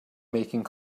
making